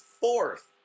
fourth